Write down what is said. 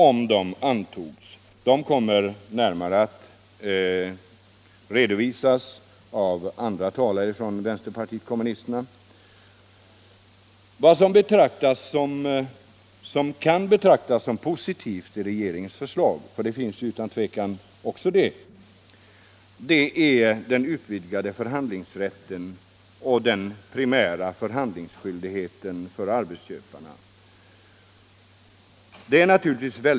Dessa rättigheter kommer att närmare redovisas av andra talare från vänsterpartiet kommunisterna. Vad som kan betraktas som positivt i regeringsförslaget — för det finns utan tvivel också sådant — är den utvidgade förhandlingsrätten och den primära förhandlingsskyldigheten för arbetsköparna.